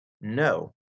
No